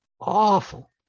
awful